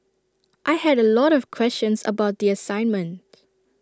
I had A lot of questions about the assignment